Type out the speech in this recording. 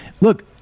Look